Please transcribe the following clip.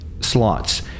slots